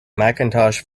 macintosh